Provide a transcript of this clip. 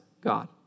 God